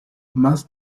más